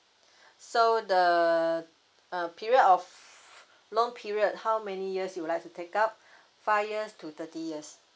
so the uh period of loan period how many years you would like to take up five years to thirty years